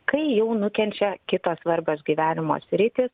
tai jau nukenčia kitos svarbios gyvenimo sritys